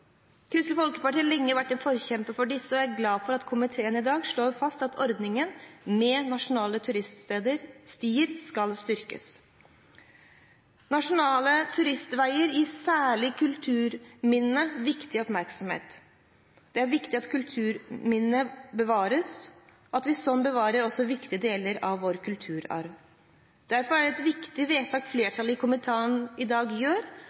Kristelig Folkeparti har lenge vært en forkjemper for dem, og jeg er glad for at komiteen i dag slår fast at ordningen Nasjonale turstier skal styrkes. Nasjonale turistveger gir særlig kulturminnene viktig oppmerksomhet. Det er viktig at kulturminner bevares, og at vi sånn også bevarer viktige deler av vår kulturarv. Derfor er det et viktig vedtak flertallet i komiteen i dag gjør